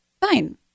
fine